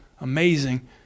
amazing